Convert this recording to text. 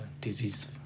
disease